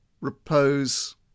repose